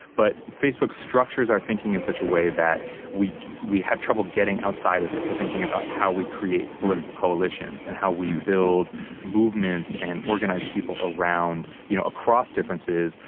but facebook structures our thinking in such a way that we have trouble getting outside of it to thinking about how we create political coalitions and how we build movements and organize people around, you know, across differences,